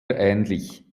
ähnlich